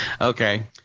Okay